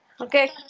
Okay